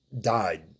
died